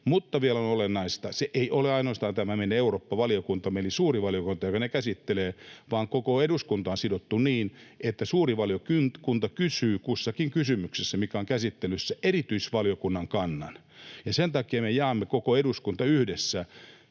Mutta vielä on olennaista: se ei ole ainoastaan tämä meidän Eurooppa-valiokuntamme eli suuri valiokunta, joka ne käsittelee, vaan koko eduskunta on sidottu niin, että suuri valiokunta kysyy kussakin kysymyksessä, mikä on käsittelyssä, erityisvaliokunnan kannan. Ja sen takia me jaamme koko eduskunta yhdessä